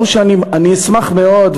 אני אשמח מאוד,